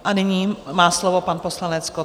A nyní má slovo pan poslanec Kott.